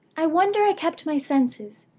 i wonder i kept my senses.